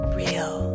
real